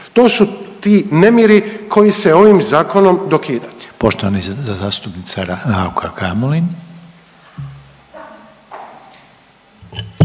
To su ti nemiri koji se ovim zakonom dokida.